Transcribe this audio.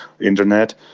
internet